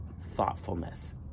thoughtfulness